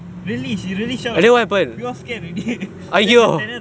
really she really shout we all scared already then the tenant